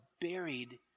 buried